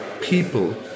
people